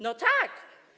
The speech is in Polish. No tak.